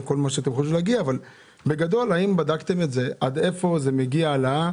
אבל האם בדקתם עד לאן מגיעה ההעלאה?